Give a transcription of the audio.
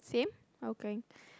same okay